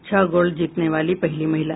छह गोल्ड जीतने वाली पहली महिला